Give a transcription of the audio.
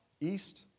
east